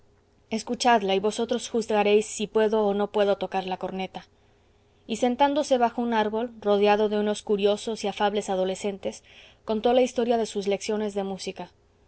escuchadla y vosotros juzgaréis si puedo o no puedo tocar la corneta y sentándose bajo un árbol rodeado de unos curiosos y afables adolescentes contó la historia de sus lecciones de música